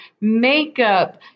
makeup